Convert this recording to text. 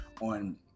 on